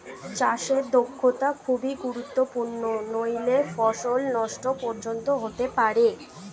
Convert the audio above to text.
চাষে দক্ষতা খুবই গুরুত্বপূর্ণ নাহলে ফসল নষ্ট পর্যন্ত হতে পারে